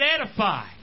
edify